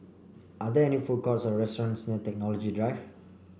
are there any food courts or restaurants near Technology Drive